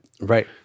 Right